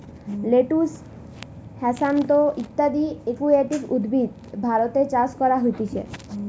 lettuce, হ্যাসান্থ ইত্যদি aquatic উদ্ভিদ ভারতে চাষ করা হতিছে